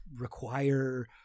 require